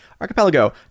Archipelago